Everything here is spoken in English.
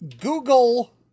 Google